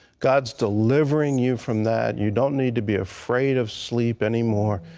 god is delivering you from that. you don't need to be afraid of sleep anymore.